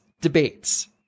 debates